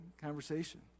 conversation